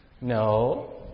No